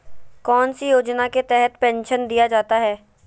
कौन सी योजना के तहत पेंसन दिया जाता है?